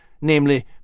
namely